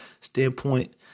standpoint